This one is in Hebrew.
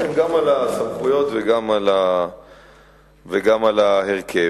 גם על הסמכויות וגם על ההרכב.